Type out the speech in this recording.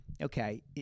okay